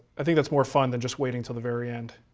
i think that's more fun than just waiting till the very end.